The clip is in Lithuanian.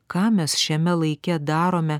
ką mes šiame laike darome